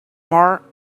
more